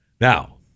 Now